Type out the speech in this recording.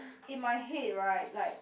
in my head right like